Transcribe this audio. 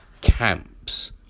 camps